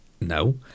no